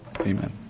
Amen